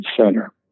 center